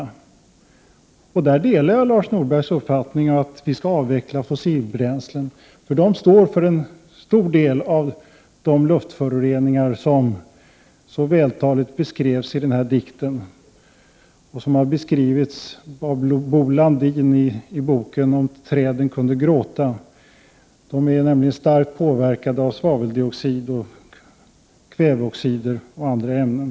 I fråga om dessa delar jag Lars Norbergs uppfattning att vi skall avveckla de fossila bränslena, eftersom de står för en stor del av de luftföroreningar som så vältaligt beskrevs i den här dikten och som har beskrivits av Bo Landin i boken Om träden kunde gråta. Träden är nämligen starkt påverkade av svaveldioxider, kväveoxider och andra ämnen.